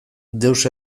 deus